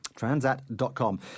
Transat.com